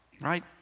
Right